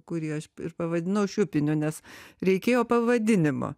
kurį aš ir pavadinau šiupiniu nes reikėjo pavadinimo